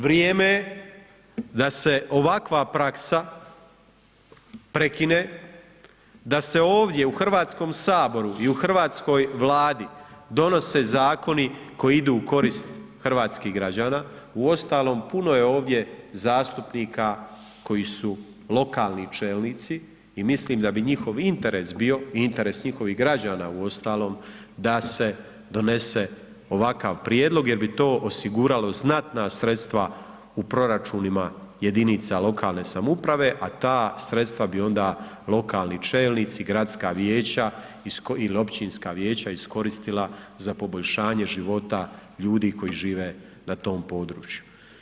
Vrijeme je da se ovakva praksa prekine, da se ovdje u Hrvatskom saboru i u Hrvatskoj vladi donose zakoni koji idu u korist hrvatskih građana, uostalom puno je ovdje zastupnika koji su lokalni čelnici i mislim da bi njihov interes bio i interes njihovih građana uostalom da se donese ovakav prijedlog jer bi to osiguralo znatna sredstava u proračunima jedinica lokalne samouprave, a ta sredstva bi onda lokalni čelnici, gradska vijeća il općinska vijeća iskoristila za poboljšanje života ljudi koji žive na tom području.